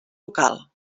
local